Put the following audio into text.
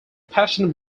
passionate